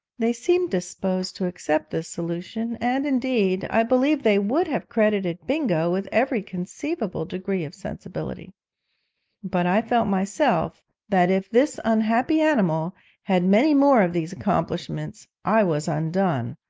they seemed disposed to accept this solution, and indeed i believe they would have credited bingo with every conceivable degree of sensibility but i felt myself that if this unhappy animal had many more of these accomplishments i was undone,